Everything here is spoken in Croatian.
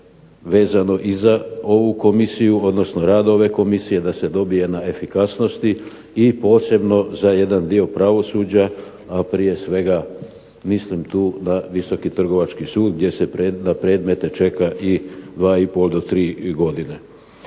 vezano i za rad ove komisije da se dobije na efikasnosti i posebno za jedan dio pravosuđa a prije svega mislim tu na Visoki trgovački sud gdje se na predmete čeka 2,5 do 3 godine.